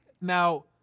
Now